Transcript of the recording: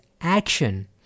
action